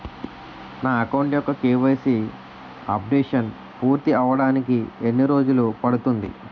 నా అకౌంట్ యెక్క KYC updation పూర్తి అవ్వడానికి ఎన్ని రోజులు పడుతుంది?